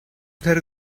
there